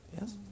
Yes